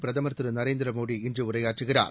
பிரதமர் திரு நரேந்திர மோடி இன்று உரையாற்றுகிறார்